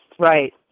Right